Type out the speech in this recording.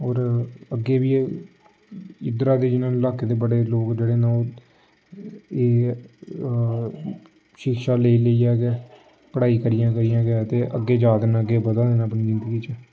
होर अग्गें बी एह् इद्धरा दे जिन्ना लाके दे बड़े लोक जेह्ड़े न ओह् एह् शिक्षा लेई लेइयै गै पढ़ाई करियै करियै गै ते अग्गें जा 'रदे न अग्गें बधा दे न अपनी जिंदगी च